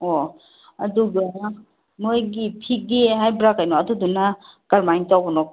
ꯑꯣ ꯑꯗꯨꯒ ꯃꯣꯏꯒꯤ ꯐꯤꯒꯦ ꯍꯥꯏꯕ꯭ꯔꯥ ꯀꯩꯅꯣ ꯑꯗꯨꯗꯨꯅ ꯀꯔꯝꯍꯥꯏꯅ ꯇꯧꯕꯅꯣ